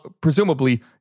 Presumably